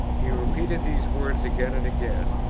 he repeated these words again and again,